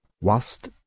whilst